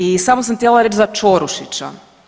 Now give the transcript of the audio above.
I samo sam htjela reći za Čorušića.